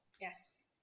Yes